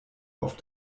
auf